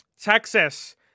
Texas